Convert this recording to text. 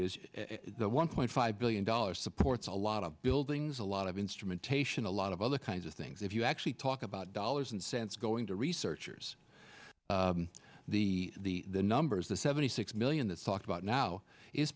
is the one point five billion dollars supports a lot of buildings a lot of instrumentation a lot of other kinds of things if you actually talk about dollars and cents going to researchers the the the numbers the seventy six million that's talked about now is